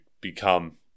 become